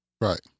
right